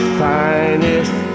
finest